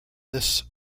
this